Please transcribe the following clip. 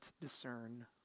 discern